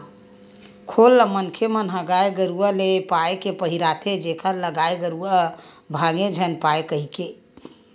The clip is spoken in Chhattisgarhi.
खोल ल मनखे मन ह गाय गरुवा ले ए पाय के पहिराथे जेखर ले गाय गरुवा ह भांगे झन पाय कहिके